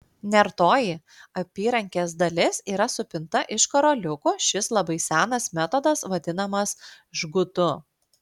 nertoji apyrankės dalis yra supinta iš karoliukų šis labai senas metodas vadinamas žgutu